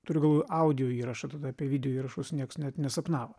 turiu galvoje audio įrašą tada apie video įrašus nieks net nesapnavo